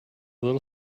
little